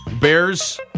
Bears